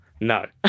No